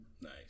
Nice